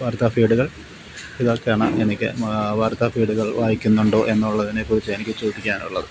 വാര്ത്താഫീഡ്കള് ഇതൊക്കെയാണ് എനിക്ക് വാര്ത്താഫീഡ്കള് വായിക്കുന്നുണ്ടോ എന്നുള്ളതിനെക്കുറിച്ച് എനിക്ക് ചോദിക്കാനുള്ളത്